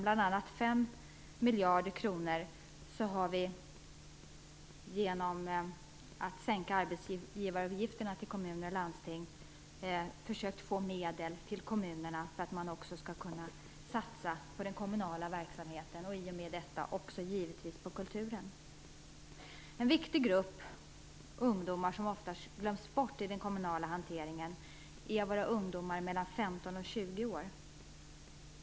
Bl.a. genom att sänka arbetsgivaravgifterna för kommuner och landsting vill vi se till att de får 5 miljarder kronor så att de skall kunna satsa på den kommunala verksamheten och då givetvis också på kulturen. En viktig grupp ungdomar som ofta glöms bort i den kommunala hanteringen är ungdomar mellan 15 och 20 år.